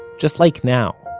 just like now,